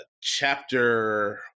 chapter